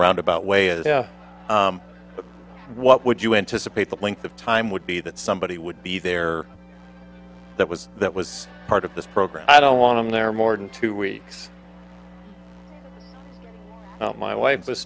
roundabout way is yeah but what would you anticipate that length of time would be that somebody would be there that was that was part of this program i don't want them there more than two weeks my wife was